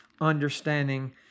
understanding